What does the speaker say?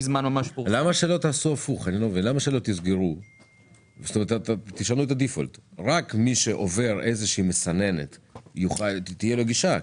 למה שלא תשנו את הדיפולט כך שרק למי שעובר איזו שהיא מסננת תהיה גישה?